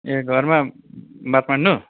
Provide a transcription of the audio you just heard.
ए घरमा बात मार्नु